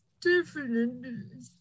different